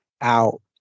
out